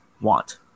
want